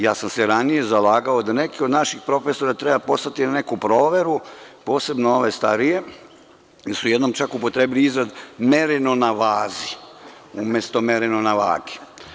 Ja sam se ranije zalagao da neke od naših profesora treba poslati na neku proveru, posebno ove starije, jer su jednom čak upotrebili izraz „mereno na vazi“, umesto „mereno na vagi“